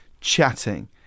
chatting